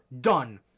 done